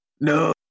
no